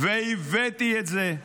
והבאתי את זה,